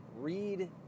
Read